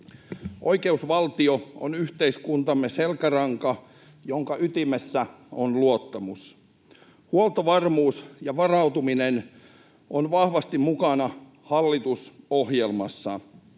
Oikeusvaltio on yhteiskuntamme selkäranka, jonka ytimessä on luottamus. Huoltovarmuus ja varautuminen on vahvasti mukana hallitusohjelmassa.